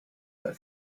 but